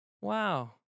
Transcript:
wow